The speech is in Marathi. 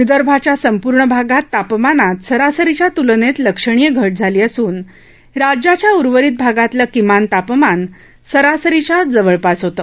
विदर्भाच्या संपूर्ण भागात तापमानात सरासरीच्या तुलनेत लक्षणीय घ झाली असून राज्याच्या उर्वरित भागातलं किमान तापमान सरासरीच्या जवळपास होते